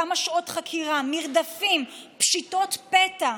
כמה שעות חקירה, מרדפים פשיטות פתע?